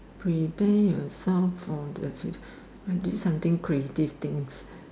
prepare yourself for the future I did something creative things